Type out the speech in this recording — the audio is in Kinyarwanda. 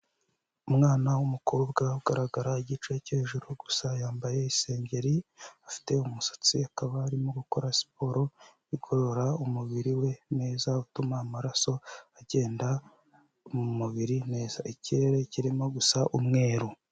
Umwana w'umukobwa ugaragara igice cyo hejuru gusa, yambaye isengeri afite umusatsi akaba arimo gukora siporo igororora umubiri we neza, utuma amaraso agenda mu mubiri neza. Ikirere kirimo gusa umweru.